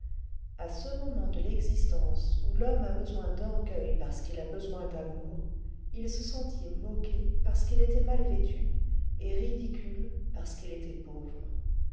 à ce moment de l'existence où l'homme a besoin d'orgueil parce qu'il a besoin d'amour il se sentit moqué parce qu'il était mal vêtu et ridicule parce qu'il était pauvre